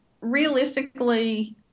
realistically